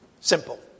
Simple